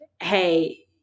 hey